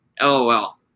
LOL